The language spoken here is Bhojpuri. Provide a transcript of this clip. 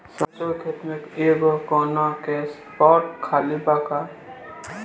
सरसों के खेत में एगो कोना के स्पॉट खाली बा का?